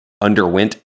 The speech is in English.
underwent